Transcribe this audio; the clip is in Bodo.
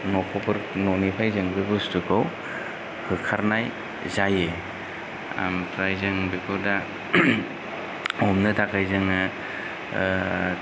न'खरफोर न'निफ्राय जों बे बुस्तुखौ होखारनाय जायो ओमफ्राय जों बेखौ दा